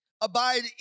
Abide